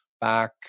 back